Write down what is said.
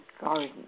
garden